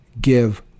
give